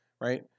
right